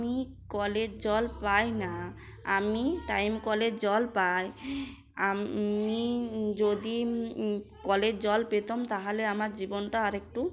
আমি কলের জল পাই না আমি টাইম কলের জল পাই আমি যদি কলের জল পেতম তাহলে আমার জীবনটা আরেকটু